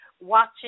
watching